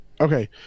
Okay